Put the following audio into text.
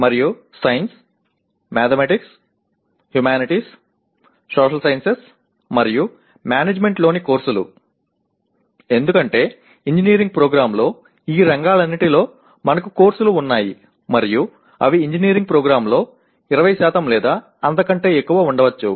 మరియు science mathematics humanities social sciences మరియు మేనేజ్మెంట్లోని కోర్సులు ఎందుకంటే ఇంజనీరింగ్ ప్రోగ్రామ్లో ఈ రంగాలన్నింటిలో మనకు కోర్సులు ఉన్నాయి మరియు అవి ఇంజనీరింగ్ ప్రోగ్రామ్లో 20 లేదా అంతకంటే ఎక్కువ ఉండవచ్చు